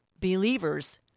believers